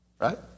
Right